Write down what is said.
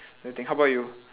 the thing how about you